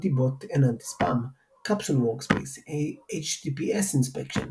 Anti Bot and Anti Spam Capsule Workspace HTTPs Inspection